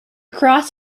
cross